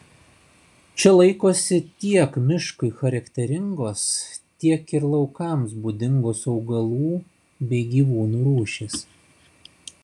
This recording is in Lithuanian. čia laikosi tiek miškui charakteringos tiek ir laukams būdingos augalų bei gyvūnų rūšys